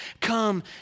come